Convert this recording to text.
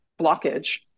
blockage